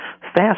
fast